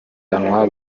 bajyanwa